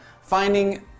finding